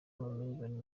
amamiliyoni